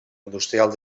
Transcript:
industrial